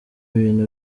ibintu